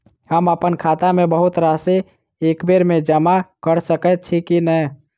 हम अप्पन खाता मे बहुत राशि एकबेर मे जमा कऽ सकैत छी की नै?